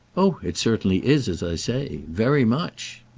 oh it certainly is, as i say. very much.